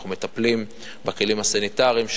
אנחנו מטפלים בכלים הסניטריים,